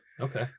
okay